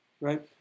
right